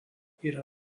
yra